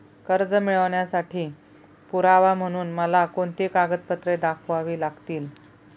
कर्ज मिळवण्यासाठी पुरावा म्हणून मला कोणती कागदपत्रे दाखवावी लागतील?